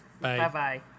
Bye-bye